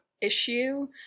issue